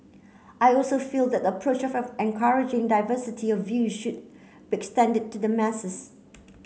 I also feel that the approach of encouraging diversity of view should be extended to the masses